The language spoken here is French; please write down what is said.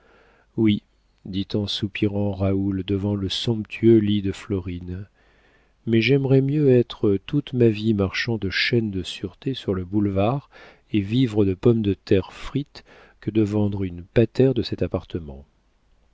oui dit en soupirant raoul devant le somptueux lit de florine mais j'aimerais mieux être toute ma vie marchand de chaînes de sûreté sur le boulevard et vivre de pommes de terre frites que de vendre une patère de cet appartement